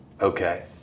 Okay